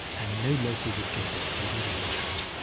and no local would go there, would even enter it,